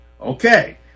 Okay